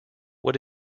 what